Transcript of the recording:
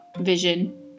vision